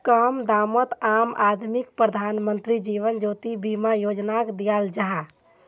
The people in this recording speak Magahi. कम दामोत आम आदमीक प्रधानमंत्री जीवन ज्योति बीमा योजनाक दियाल जाहा